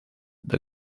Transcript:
the